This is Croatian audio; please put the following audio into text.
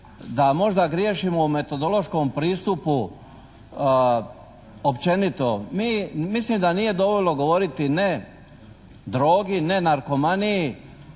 da možda griješimo u metodološkom pristupu općenit. Mislim da nije dovoljno govoriti ne drogi, ne narkomaniji,